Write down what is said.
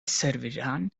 servirán